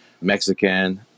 Mexican